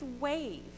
wave